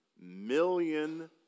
million